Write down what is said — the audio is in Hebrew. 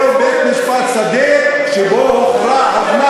רק ככה עם מחבלים.